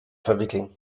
verwickeln